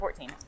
2014